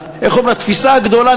התפיסה הגדולה,